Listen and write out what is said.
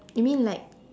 you mean like